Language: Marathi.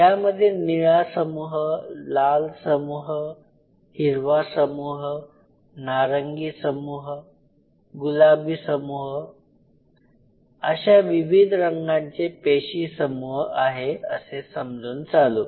यामध्ये निळा समूह लाल समूह हिरवा समूह नारंगी समूह गुलाबी समूह समूह अशा विविध रंगांचे पेशीसमूह आहे असे समजून चालू